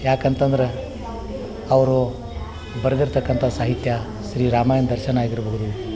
ಯಾಕೆ ಅಂತಂದ್ರೆ ಅವರು ಬರೆದಿರ್ತಕ್ಕಂಥ ಸಾಹಿತ್ಯ ಶ್ರೀರಾಮಾಯಣ ದರ್ಶನಂ ಆಗಿರಬಹುದು